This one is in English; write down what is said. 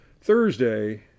Thursday